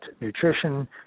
nutrition